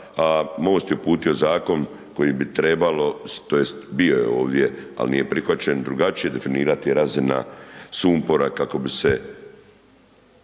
a MOST je uputio zakon koji bi trebalo tj. bio je ovdje ali nije prihvaćen, drugačije definirati razina sumpora kako bi se